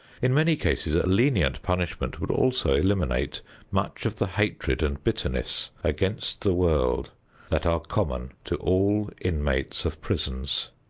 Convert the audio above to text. in many cases a lenient punishment would also eliminate much of the hatred and bitterness against the world that are common to all inmates of prisons.